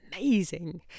amazing